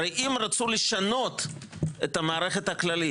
הרי אם רצו לשנות את המערכת הכללית,